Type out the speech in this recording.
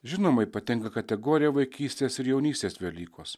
žinoma ypatinga kategorija vaikystės ir jaunystės velykos